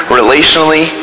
relationally